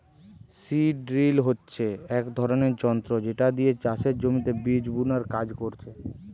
seed drill হচ্ছে এক ধরণের যন্ত্র যেটা দিয়ে চাষের জমিতে বীজ বুনার কাজ করছে